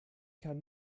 kann